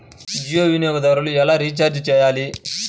జియో వినియోగదారులు ఎలా రీఛార్జ్ చేయాలి?